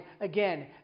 again